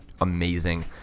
amazing